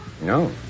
No